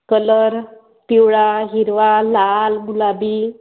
colour पिवळा हिरवा लाल गुलाबी